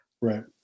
Right